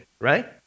right